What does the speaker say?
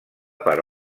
per